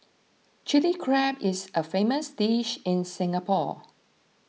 Chilli Crab is a famous dish in Singapore